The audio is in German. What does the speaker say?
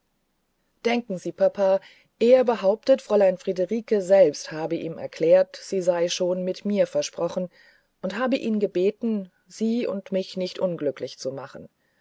denken sie papa er behauptet fräulein friederike selbst habe ihm erklärt sie sei schon mit mir versprochen und habe ihn gebeten sie und mich nicht unglücklich zu machen